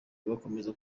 bakomeza